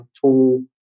tool